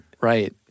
Right